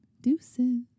Deuces